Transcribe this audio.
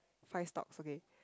five stops okay